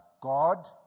God